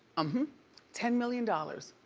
um ten million dollars.